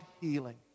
healing